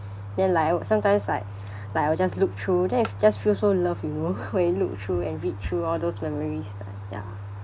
then like I wi~ sometimes like like I will just look through then you just feel so loved you know when you look through and read through all those memories like ya